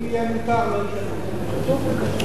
אם זה יהיה מותר, לא ישאלו.